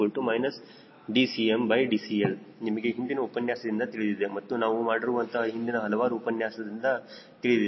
SM dCmdCL ನಮಗೆ ಹಿಂದಿನ ಉಪನ್ಯಾಸದಿಂದ ತಿಳಿದಿದೆ ಮತ್ತು ನಾವು ಮಾಡಿರುವಂತಹ ಹಿಂದಿನ ಹಲವಾರು ಉಪನ್ಯಾಸದಿಂದ ತಿಳಿದಿದೆ